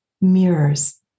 mirrors